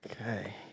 Okay